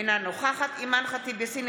אינה נוכחת אימאן ח'טיב יאסין,